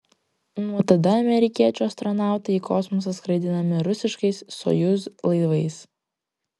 nuo tada amerikiečių astronautai į kosmosą skraidinami rusiškais sojuz laivais